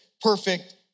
perfect